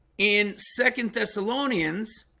in second thessalonians